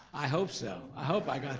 i hope so, i hope i got